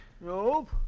Nope